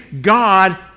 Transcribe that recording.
God